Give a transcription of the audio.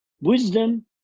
Wisdom